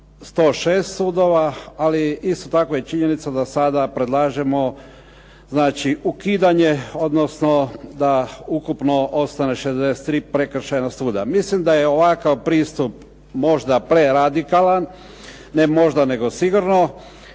106 sudova, ali isto tako je činjenica da sada predlažemo znači ukidanje, odnosno da ukupno ostane 63 prekršajna suda. Mislim da je ovakav pristup možda preradikalan, ne možda nego sigurno.